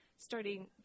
Starting